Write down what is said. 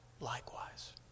likewise